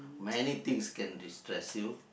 many things can destress you